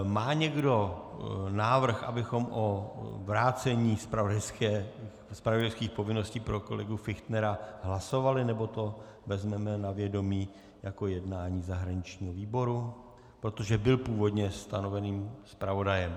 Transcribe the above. Má někdo návrh, abychom o vrácení zpravodajských povinností pro kolegu Fichtnera hlasovali, nebo to vezmeme na vědomí jako jednání zahraničního výboru, protože byl původně stanoveným zpravodajem?